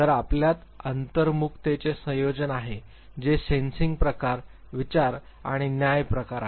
तर आपल्यात अंतर्मुखतेचे संयोजन आहे जे सेन्सिंग प्रकार विचार आणि न्याय प्रकार आहे